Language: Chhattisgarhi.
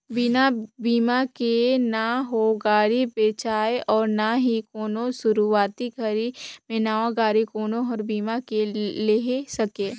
बिना बिमा के न हो गाड़ी बेचाय अउ ना ही कोनो सुरूवाती घरी मे नवा गाडी कोनो हर बीमा के लेहे सके